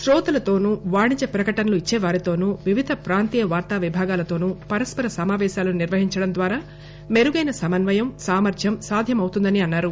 శ్రోతలతోనూ వాణిజ్య ప్రకటనలు ఇచ్చేవారితోనూ వివిధ ప్రాంతీయ వార్తా విభాగాలతోనూ పరస్పర సమాపేశాలు నిర్వహించడం ద్వారా మెరుగైన సమన్వయం సామర్ధ్యం సాధ్యమవుతుందని అన్నారు